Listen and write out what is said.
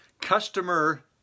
Customer